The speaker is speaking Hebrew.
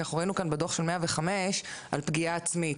כי אנחנו ראינו כאן בדוח של 105 על פגיעה עצמית,